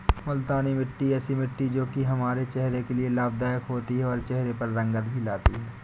मूलतानी मिट्टी ऐसी मिट्टी है जो की हमारे चेहरे के लिए लाभदायक होती है और चहरे पर रंगत भी लाती है